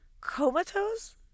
comatose